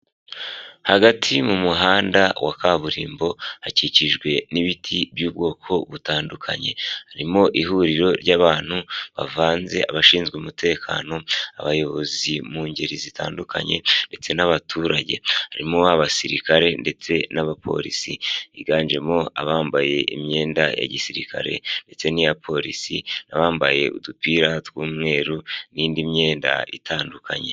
Hagati mu muhanda wa kaburimbo, hakikijwe n'ibiti by'ubwoko butandukanye. Harimo ihuriro ry'abantu bavanze, abashinzwe umutekano, abayobozi mu ngeri zitandukanye, ndetse n'abaturage. Harimo abasirikare ndetse n'abapolisi, biganjemo abambaye imyenda ya gisirikare ndetse n'iya polisi, n'abambaye udupira tw'umweru n'indi myenda itandukanye.